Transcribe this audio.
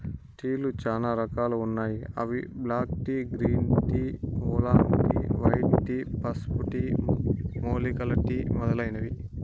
టీలు చానా రకాలు ఉన్నాయి అవి black tea, green tea, oolong tea, white tea, పసుపు టీ, మూలికల టీ మొదలైనవి